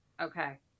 Okay